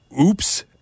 Oops